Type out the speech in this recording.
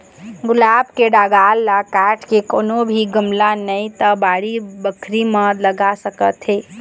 गुलाब के डंगाल ल काट के कोनो भी गमला नइ ते बाड़ी बखरी म लगा सकत हे